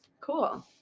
cool